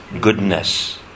goodness